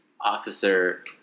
officer